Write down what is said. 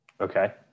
Okay